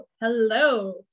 Hello